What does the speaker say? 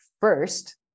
first